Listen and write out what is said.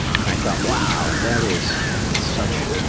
and i thought, wow! that is such,